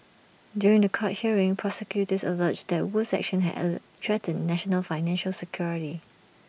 during The Court hearing prosecutors alleged that Wu's actions had L threatened national financial security